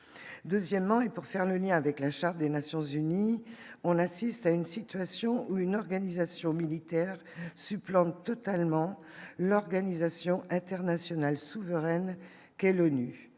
deuxièmement et pour faire le lien avec la charte des Nations Unies, on assiste à une situation où une organisation militaire supplante totalement l'organisation internationale souveraine quelle ONU